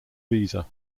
visa